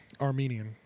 Armenian